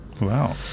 Wow